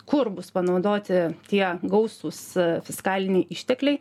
kur bus panaudoti tie gausūs fiskaliniai ištekliai